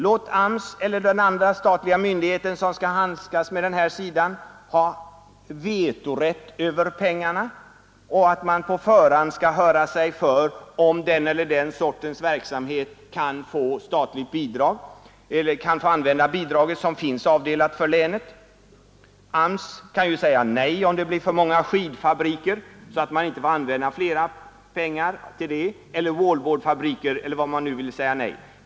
Låt AMS eller den andra statliga myndigheten som skall handskas med detta ha vetorätt beträffande pengarna, och låt den regeln gälla att man på förhand skall höra sig för huruvida den eller den sortens verksamhet kan få statlig bidrag eller om man kan få använda det bidrag som finns avdelat för länet. AMS kan ju säga nej om det blir för många skidfabriker eller wallboardfabriker, så att pengarna inte får användas för detta ändamål.